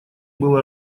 было